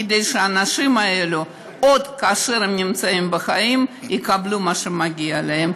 כדי שהאנשים האלו עוד כאשר הם בחיים יקבלו מה שמגיע להם,